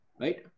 right